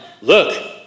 Look